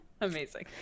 Amazing